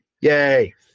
Yay